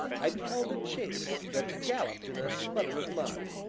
i beheld a chaise that galloped in a smother of mud.